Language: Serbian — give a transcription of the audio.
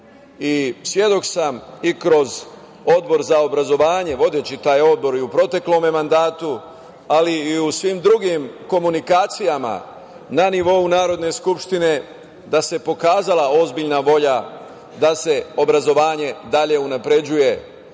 i svedok sam i kroz Odbor za obrazovanje, vodeći taj odbor i u proteklom mandatu, ali i u svim drugim komunikacijama na nivou Narodne skupštine, da se pokazala ozbiljna volja da se obrazovanje dalje unapređuje